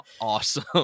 awesome